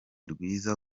rwiza